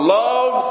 love